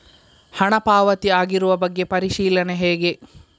ಹಣ ಪಾವತಿ ಆಗಿರುವ ಬಗ್ಗೆ ಪರಿಶೀಲನೆ ಹೇಗೆ?